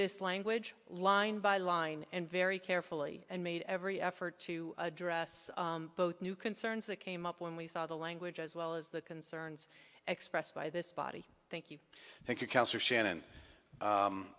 this language line by line and very carefully and made every effort to address both new concerns that came up when we saw the language as well as the concerns expressed by this body thank you thank you